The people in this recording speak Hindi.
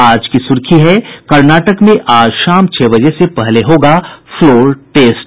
आज की सुर्खी है कर्नाटक में आज शाम छह बजे से पहले होगा फ्लोर टेस्ट